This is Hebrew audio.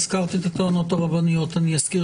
הזכרת את הטוענות הרבניות אז אני אזכיר,